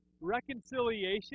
Reconciliation